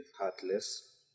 heartless